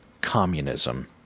communism